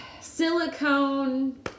silicone